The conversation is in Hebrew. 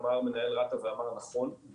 אמר מנהל רת"א ואמר נכון,